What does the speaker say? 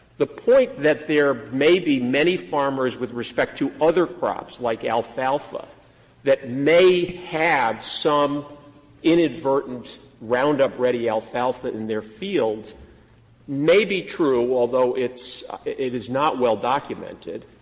the point that there may be many farmers with respect to other crops like alfalfa that may have some inadvertent roundup ready alfalfa in their fields may be true, although it's it is not well documented.